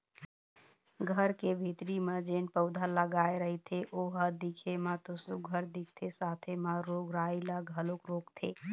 घर के भीतरी म जेन पउधा लगाय रहिथे ओ ह दिखे म तो सुग्घर दिखथे साथे म रोग राई ल घलोक रोकथे